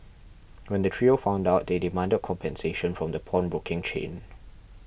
when the trio found out they demanded compensation from the pawnbroking chain